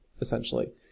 essentially